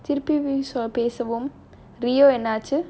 திருப்பி பேசலாம்:thirupi pesalaam rio என்னாச்சு:ennachu